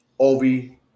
Ovi